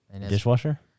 Dishwasher